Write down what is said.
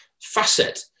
facet